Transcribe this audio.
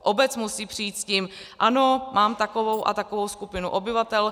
Obec musí přijít s tím: Ano, mám takovou a takovou skupinu obyvatel.